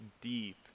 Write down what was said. deep